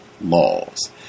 laws